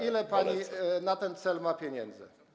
Ile pani na ten cel ma pieniędzy?